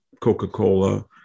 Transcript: Coca-Cola